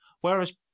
Whereas